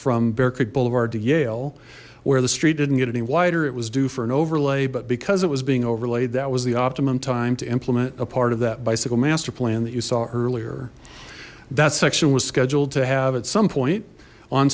creek boulevard to yale where the street didn't get any wider it was due for an overlay but because it was being overlaid that was the optimum time to implement a part of that bicycle master plan that you saw earlier that section was scheduled to have at some point on